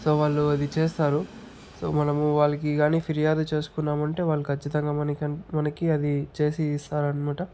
so వాళ్ళు అది చేస్తారు సో మనము వాళ్ళకి కానీ ఫిర్యాదు చేసుకున్నామంటే వాళ్ళు ఖచ్చితంగా మనకి మనకి అది చేసి ఇస్తారు అన్నమాట